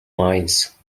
mines